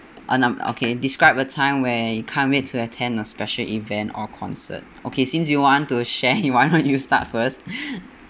orh nu~ okay describe a time when you can't wait to attend a special event or concert okay since you want to share you why don't you start first